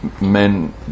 men